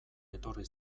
etorri